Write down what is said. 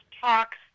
talks